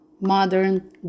Modern